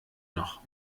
noch